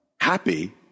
happy